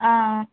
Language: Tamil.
ஆ